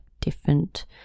different